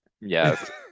yes